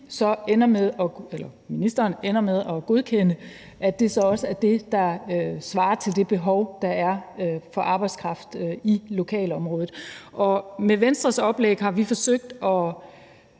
ender med at godkende, også er det, der svarer til det behov, der er for arbejdskraft i lokalområdet. Med Venstres oplæg har vi forsøgt at